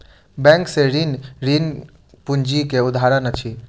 bank से ऋण, ऋण पूंजी के उदाहरण अछि